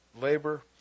labor